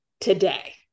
today